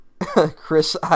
Chris